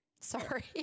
Sorry